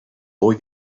boy